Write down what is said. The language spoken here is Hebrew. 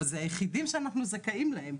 אבל זה היחידים שזכאים להם,